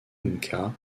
inca